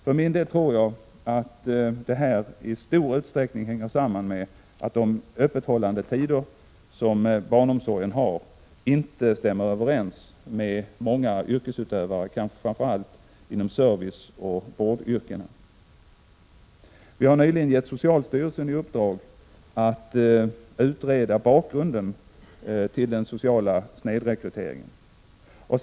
För min del tror jag att det här i stor utsträckning hänger samman med att de öppethållandetider som barnomsorgen har inte stämmer överens med många yrkesutövares, kanske framför allt inom serviceoch vårdyrkena. Vi har nyligen gett socialstyrelsen i uppdrag att utreda bakgrunden till den sociala snedrekryteringen.